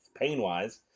pain-wise